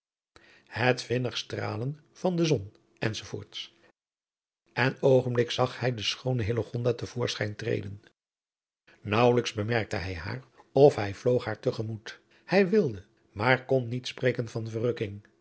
vinnigh stralen van de zon enz en oogenblikkelijk zag hij de schoone hillegonda ten voorschijn treden naauwelijks bemerkte hij haar of hij vloog haar te gemoet hij wilde maar kon niet spreken van verrukking